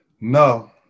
No